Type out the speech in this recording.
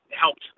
helped